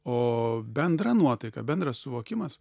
o bendra nuotaika bendras suvokimas